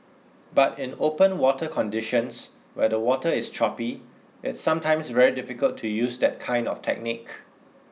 but in open water conditions where the water is choppy it's sometimes very difficult to use that kind of technique